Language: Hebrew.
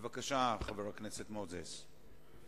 בבקשה, חבר הכנסת מוזס.